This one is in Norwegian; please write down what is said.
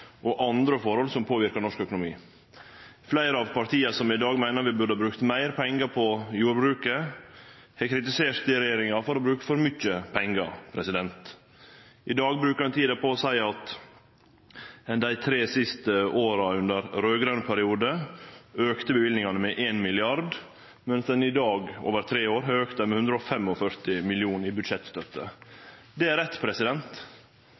og andre forhold som påverkar norsk økonomi. Fleire av partia som i dag meiner at vi burde brukt meir pengar på jordbruket, har kritisert regjeringa for å bruke for mykje pengar. I dag brukar ein tida på å seie at ein dei tre siste åra under raud-grøn periode auka løyvingane med 1 mrd. kr, medan ein i dag – over tre år – har auka dei med 145 mill. kr i budsjettstøtte. Det er rett